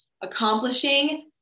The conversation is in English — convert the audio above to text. accomplishing